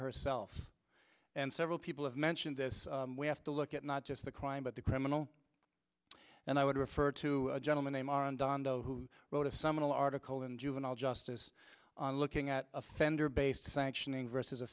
herself and several people have mentioned this we have to look at not just the crime but the criminal and i would refer to a gentleman name on donda who wrote a seminal article in juvenile justice on looking at offender based sanctioning versus a